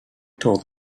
told